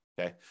okay